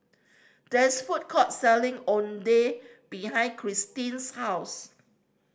there is food court selling Oden behind Christin's house